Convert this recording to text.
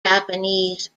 japanese